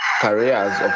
careers